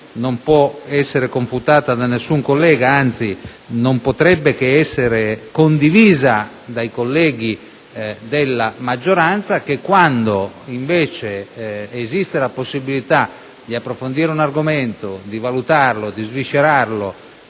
non può essere confutata da alcun collega, anzi non potrebbe che essere condivisa dai colleghi della maggioranza - che quando, invece, esiste la possibilità di approfondire un argomento, di valutarlo, di sviscerarlo,